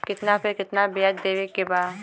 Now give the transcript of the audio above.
कितना पे कितना व्याज देवे के बा?